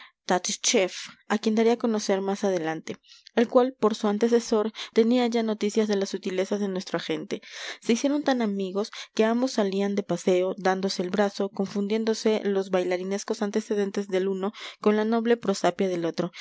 concluida la guerra vino acá el célebre tattischief a quien daré a conocer más adelante el cual por su antecesor tenía ya noticias de las sutilezas de nuestro agente se hicieron tan amigos que ambos salían de paseo dándose el brazo confundiéndose los bailarinescos antecedentes del uno con la noble prosapia del otro